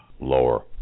Lower